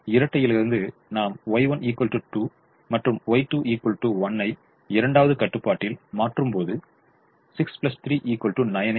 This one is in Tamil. இப்போது இரட்டையிலிருந்து நாம் Y12 மற்றும் Y21 ஐ இரண்டாவது கட்டுப்பாட்டில் மாற்றும்போது 63 9 ஐ பெறுகிறோம்